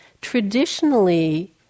Traditionally